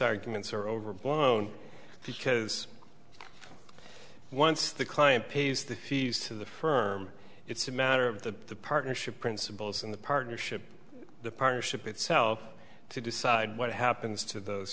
arguments or overblown because once the client pays the fees to the firm it's a matter of the partnership principles in the partnership the partnership itself to decide what happens to those